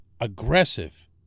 aggressive